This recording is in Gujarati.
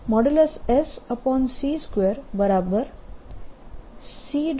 તેથી |S|c2c